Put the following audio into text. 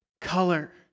color